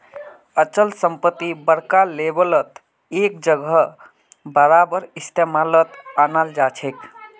अचल संपत्ति बड़का लेवलत एक जगह बारबार इस्तेमालत अनाल जाछेक